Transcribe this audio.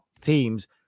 teams